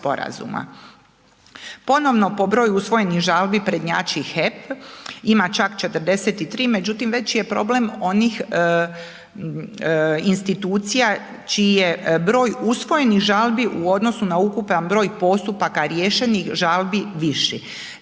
Ponovno po broju usvojenih žalbi prednjači HEP, ima čak 43, međutim veći je problem onih institucija čiji je broj usvojenih žalbi u odnosu na ukupan broj postupaka riješenih žalbi, viši.